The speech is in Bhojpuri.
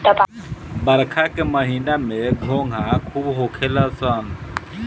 बरखा के महिना में घोंघा खूब होखेल सन